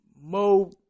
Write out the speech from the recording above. Mo